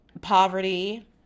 poverty